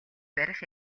барих